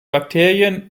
bakterien